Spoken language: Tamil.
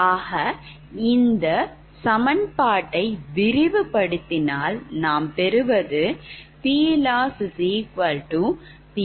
ஆக இந்த சமன்பாட்டை விரிவுபடுத்தினால் நான் பெறுவது PLossP1P2P3